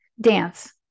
Dance